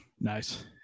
nice